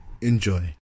Enjoy